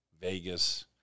Vegas